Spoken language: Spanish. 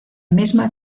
misma